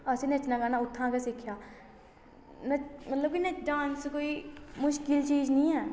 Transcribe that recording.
असें नच्चना गाना उत्थें गै सिक्खेआ नच मतलब कि न डांस कोई मुश्कल चीज़ नी ऐ